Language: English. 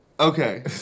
Okay